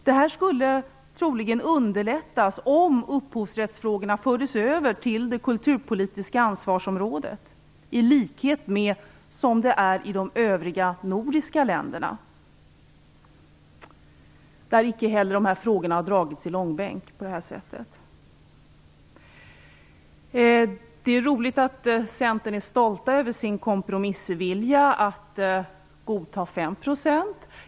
Det här skulle troligen underlättas om upphovsrättsfrågorna fördes över till det kulturpolitiska ansvarsområdet i likhet med förhållandena i de övriga nordiska länderna, där de här frågorna icke heller har dragits i långbänk på det här sättet. Det är roligt att Centern är stolt över sin kompromissvilja att godta 5 %.